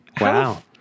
Wow